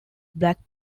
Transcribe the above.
backed